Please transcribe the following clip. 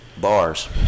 bars